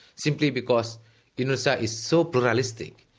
simply because indonesia is so pluralistic,